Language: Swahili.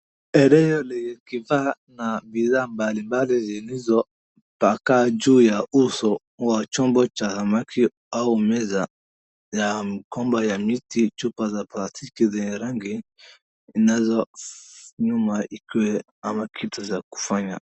Eneo nikifa na bidhaa mbalimbali zilizopakaa juu ya uso wa chombo cha umaki au meza ya mkomba ya miti, chupa za plastiki zenye rangi zinazo nyuma zikuwe ama kitu cha kufanya.